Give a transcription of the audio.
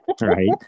right